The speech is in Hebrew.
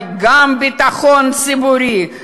אבל גם את הביטחון הציבורי.